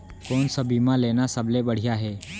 कोन स बीमा लेना सबले बढ़िया हे?